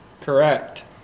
Correct